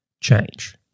change